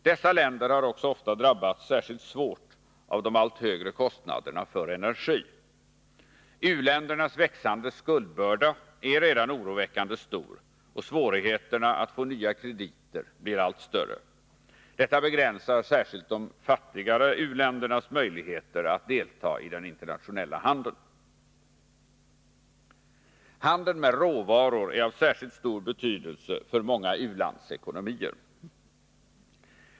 Dessa länder har också ofta drabbats särskilt svårt av de allt högre kostnaderna för energi. U-ländernas växande skuldbörda är redan oroväckande stor, och svårigheterna att få nya krediter blir allt större. Detta begränsar särskilt de fattigare u-ländernas möjligheter att delta i den internationella handeln. Handeln med råvaror är av särskilt stor betydelse för många ulandsekonomier.